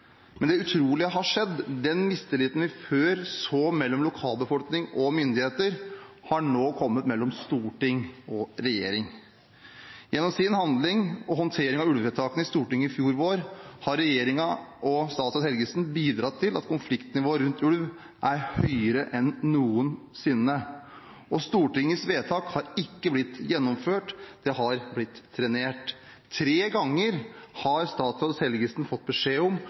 Men det utrolige har skjedd, den mistilliten vi før så mellom lokalbefolkning og myndigheter, har nå kommet mellom storting og regjering. Gjennom sin handling og håndtering av ulvevedtakene i Stortinget i fjor vår har regjeringen og statsråd Helgesen bidratt til at konfliktnivået rundt ulv er høyere enn noensinne. Og Stortingets vedtak har ikke blitt gjennomført, det har blitt trenert. Tre ganger har statsråd Helgesen fått beskjed om